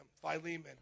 Philemon